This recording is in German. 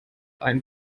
ein